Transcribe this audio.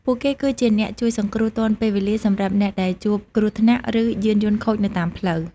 ពួកគេគឺជាអ្នកជួយសង្គ្រោះទាន់ពេលវេលាសម្រាប់អ្នកដែលជួបគ្រោះថ្នាក់ឬយានយន្តខូចនៅតាមផ្លូវ។